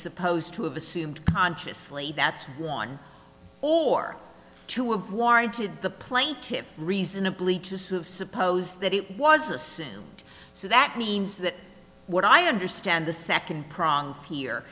supposed to have assumed consciously that's one or two of why did the plaintiffs reasonably just have supposed that it was assumed so that means that what i understand the second prong here